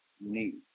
need